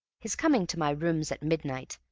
his coming to my rooms at midnight,